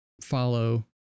follow